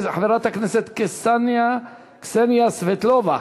חברת הכנסת קסניה סבטלובה,